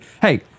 Hey